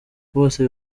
bose